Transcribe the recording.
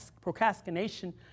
procrastination